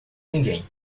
ninguém